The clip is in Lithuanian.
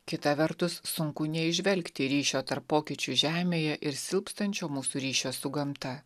kita vertus sunku neįžvelgti ryšio tarp pokyčių žemėje ir silpstančio mūsų ryšio su gamta